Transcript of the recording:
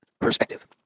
perspective